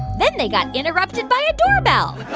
then they got interrupted by a doorbell